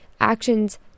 actions